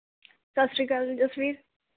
ਸਤਿ ਸ਼੍ਰੀ ਅਕਾਲ ਜਸਵੀਰ